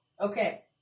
Okay